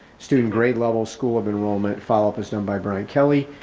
student grade level school of enrollment follow up is done by brian kelly,